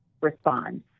respond